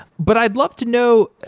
but i'd love to know,